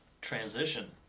transition